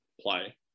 play